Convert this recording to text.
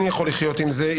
אני יכול לחיות עם זה.